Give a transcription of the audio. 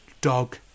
dog